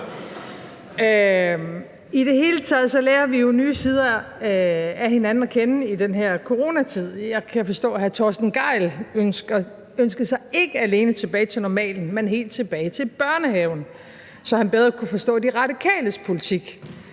I det hele taget lærer vi jo nye sider af hinanden at kende i den her coronatid. Jeg kan forstå, at hr. Torsten Gejl ikke alene ønskede sig tilbage til normalen, men helt tilbage til børnehaven, så han bedre kunne forstå De Radikales politik.